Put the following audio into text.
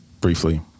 briefly